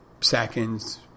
seconds